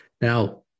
Now